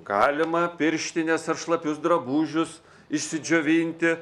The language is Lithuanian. galima pirštines ar šlapius drabužius išsidžiovinti